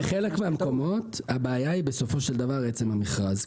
בחלק מהמקומות הבעיה היא בסופו של דבר עצם המכרז.